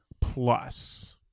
plus